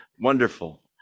Wonderful